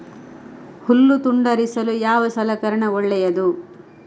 ಹುಲ್ಲು ತುಂಡರಿಸಲು ಯಾವ ಸಲಕರಣ ಒಳ್ಳೆಯದು?